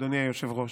אדוני היושב-ראש,